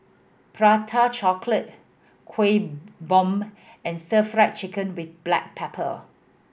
Prata Chocolate Kueh Bom and Stir Fried Chicken with black pepper